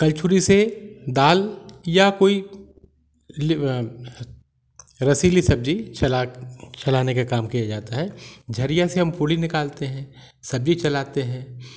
करछुली से दाल या कोई रसीली सब्जी चलाने के काम किया जाता है झरिया से हम पूड़ी निकलते हैं सब्जी चलाते हैं